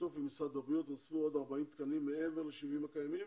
בשיתוף עם משרד הבריאות נוספו עוד 40 תקנים מעבר ל-70 הקיימים